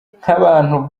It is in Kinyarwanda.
nk’abantu